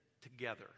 together